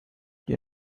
you